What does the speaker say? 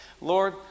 Lord